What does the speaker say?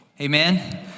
Amen